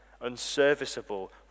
unserviceable